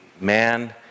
man